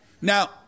Now